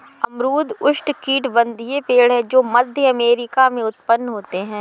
अमरूद उष्णकटिबंधीय पेड़ है जो मध्य अमेरिका में उत्पन्न होते है